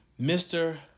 Mr